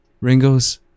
Ringo's